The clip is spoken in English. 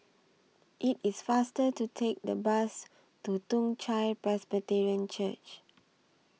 IT IS faster to Take The Bus to Toong Chai Presbyterian Church